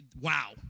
wow